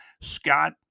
Scott